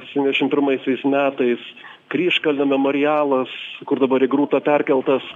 septyniasdešim pirmaisiais metais kryžkalnio memorialas kur dabar į grūtą perkeltas